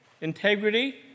integrity